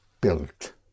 built